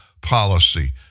policy